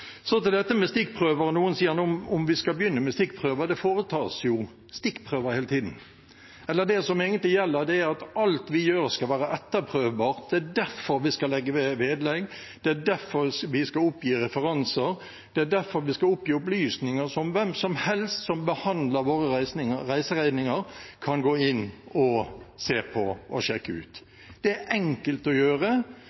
Til dette med stikkprøver: Noen sier at vi skal begynne med stikkprøver. Det foretas jo stikkprøver hele tiden. Eller: Det som egentlig gjelder, er at alt vi gjør, skal være etterprøvbart. Det er derfor vi skal legge ved vedlegg, det er derfor vi skal oppgi referanser, det er derfor vi skal oppgi opplysninger som hvem som helst som behandler våre reiseregninger, kan gå inn og se på og sjekke ut.